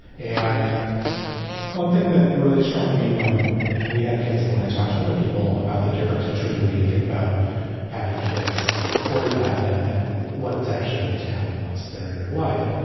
and one thing that really struck me when we had kids and when i talked to other people about the difference between the way you think about having kids before you have them and what it's actually like to have them once they're in your life.